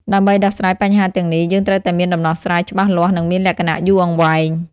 ដើម្បីដោះស្រាយបញ្ហាទាំងនេះ យើងត្រូវតែមានដំណោះស្រាយច្បាស់លាស់និងមានលក្ខណៈយូរអង្វែង។